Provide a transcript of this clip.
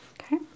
Okay